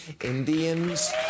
Indians